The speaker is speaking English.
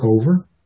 over